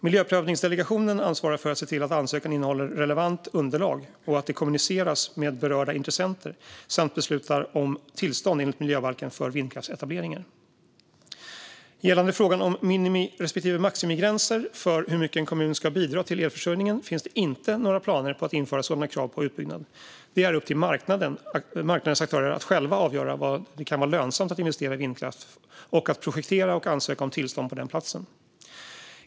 Miljöprövningsdelegationen ansvarar för att se till att ansökan innehåller relevant underlag och att det kommuniceras med berörda intressenter samt beslutar om tillstånd enligt miljöbalken för vindkraftsetableringar. Gällande frågan om minimi respektive maximigränser för hur mycket en kommun ska bidra till elförsörjningen finns det inte några planer på att införa sådana krav på utbyggnad. Det är upp till marknadens aktörer att själva avgöra var det kan vara lönsamt att investera i vindkraft och att projektera och ansöka om tillstånd på den platsen.